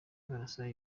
barasa